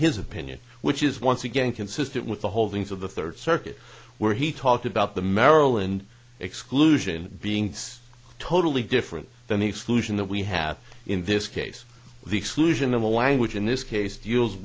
his opinion which is once again consistent with the holdings of the third circuit where he talked about the maryland exclusion being totally different than the exclusion that we have in this case the exclusion of the language in this case deals